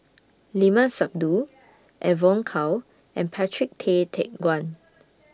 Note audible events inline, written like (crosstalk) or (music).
Limat Sabtu (noise) Evon Kow and Patrick Tay Teck Guan